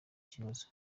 kibazo